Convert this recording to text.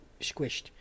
squished